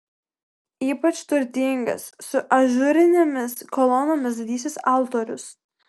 ypač turtingas su ažūrinėmis kolonomis didysis altorius